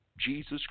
Jesus